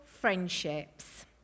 friendships